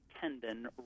tendon